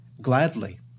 gladly